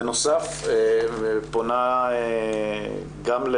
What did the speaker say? בנוסף, הוועדה פונה לשב"ס